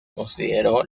consideró